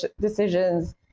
decisions